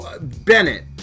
Bennett